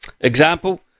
Example